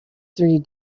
three